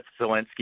Zelensky